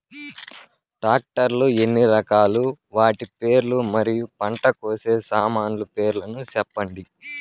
Tractor లు ఎన్ని రకాలు? వాటి పేర్లు మరియు పంట కోసే సామాన్లు పేర్లను సెప్పండి?